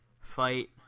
fight